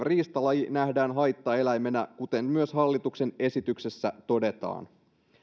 riistalaji nähdään haittaeläimenä kuten myös hallituksen esityksessä todetaan